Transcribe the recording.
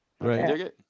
right